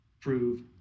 prove